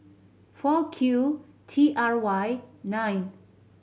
four Q T R Y nine